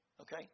Okay